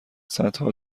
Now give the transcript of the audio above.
صدها